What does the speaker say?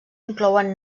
inclouen